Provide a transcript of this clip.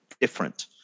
different